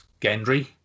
Gendry